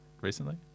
recently